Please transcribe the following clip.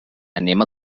anem